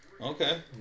okay